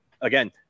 again